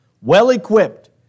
well-equipped